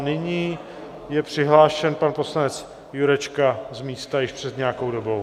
Nyní je přihlášen pan poslanec Jurečka z místa již před nějakou dobou.